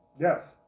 Yes